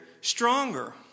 stronger